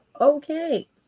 Okay